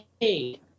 hey